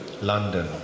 London